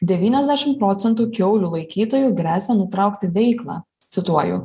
devyniasdešim procentų kiaulių laikytojų gresia nutraukti veiklą cituoju